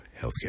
healthcare